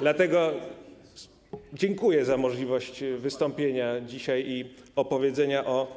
Dlatego dziękuję za możliwość wystąpienia dzisiaj i opowiedzenia o